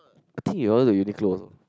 I think your one is Uniqlo also